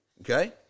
Okay